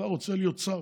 כבר ירצה להיות שר,